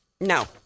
No